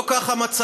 לא זה המצב.